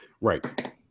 Right